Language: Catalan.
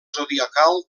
zodiacal